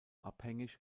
abhängig